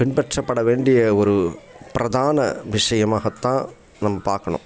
பின்பற்ற பட வேண்டிய ஒரு பிரதான விஷயமாகத் தான் நம்ம பார்க்கணும்